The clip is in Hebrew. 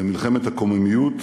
במלחמת הקוממיות,